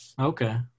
Okay